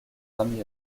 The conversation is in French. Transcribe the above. grammy